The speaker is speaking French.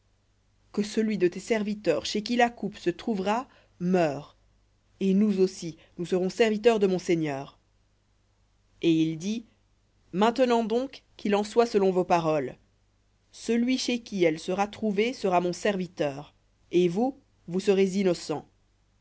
que celui de tes serviteurs chez qui se trouvera meure et nous aussi nous serons serviteurs de mon seigneur et il dit maintenant donc qu'il en soit selon vos paroles celui chez qui elle sera trouvée sera mon serviteur et vous vous serez innocents